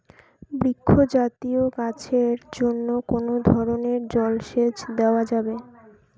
বৃক্ষ জাতীয় গাছের জন্য কোন ধরণের জল সেচ দেওয়া যাবে?